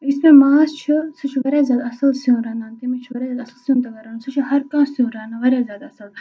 یُس مےٚ ماس چھُ سُہ چھُ وارِیاہ زیادٕ اَصٕل سیُن رنان تٔمِس چھُ واریاہ زیادٕ اَصٕل سیُن تَگان رنُن سُہ چھُ ہر کانٛہہ سیُن رَنان واریاہ زیادٕ اَصٕل